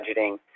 budgeting